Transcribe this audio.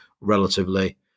relatively